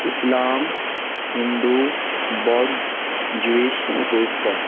Islam Hindu Bodh Jewish Christian